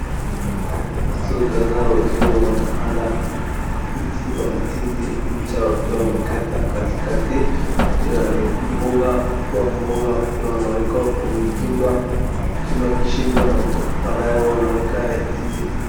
Watu kadhaa wakiwa wanapanda miti wa ndizi, incha wakiwa wamekata katikati hiyo ni mhoga. Mhoga wakiwa wanaweka kwa chimba, chimba shimo na baadaye wanaweka ndizi.